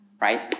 right